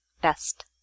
best